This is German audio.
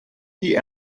die